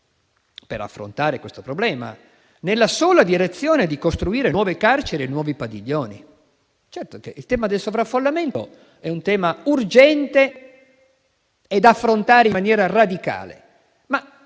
per affrontare questo problema, nella sola direzione di costruire nuove carcere e nuovi padiglioni. Certo, il tema del sovraffollamento è urgente e da affrontare in maniera radicale, ma